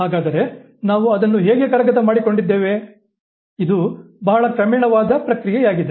ಹಾಗಾದರೆ ನಾವು ಅದನ್ನು ಹೇಗೆ ಕರಗತ ಮಾಡಿಕೊಂಡಿದ್ದೇವೆ ಇದು ಬಹಳ ಕ್ರಮೇಣವಾದ ಪ್ರಕ್ರಿಯೆಯಾಗಿದೆ